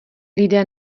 lidé